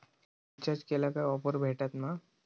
Recharge केला की offers भेटात मा?